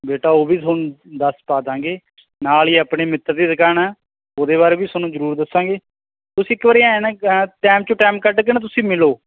ਬੇਟਾ ਉਹ ਵੀ ਤੁਹਾਨੂੰ ਦੱਸ ਪਾ ਦਵਾਂਗੇ ਨਾਲ ਹੀ ਆਪਣੇ ਮਿੱਤਰ ਦੀ ਦੁਕਾਨ ਹੈ ਉਹਦੇ ਬਾਰੇ ਵੀ ਤੁਹਾਨੂੰ ਜ਼ਰੂਰ ਦੱਸਾਂਗੇ ਤੁਸੀਂ ਇੱਕ ਵਾਰੀ ਆ ਜਾਣਾ ਟਾਈਮ 'ਚੋਂ ਟਾਈਮ ਕੱਢ ਕੇ ਨਾ ਤੁਸੀਂ ਮਿਲੋ